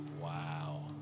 wow